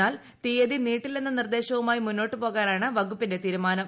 എന്നാൽ തീയതി നീട്ടില്ലെന്ന നിർദ്ദേശവുമായി മുന്നോട്ടു പോകാനാണ് വകുപ്പിന്റെ തീരുമാനം